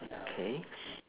K